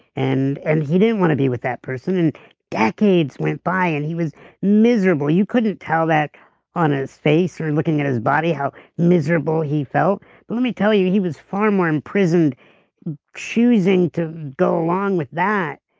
and and he didn't want to be with that person decades went by and he was miserable you couldn't tell that on his face, or looking at his body how miserable he felt, but let me tell you he was far more imprisoned choosing to go along with that,